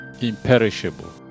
imperishable